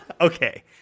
Okay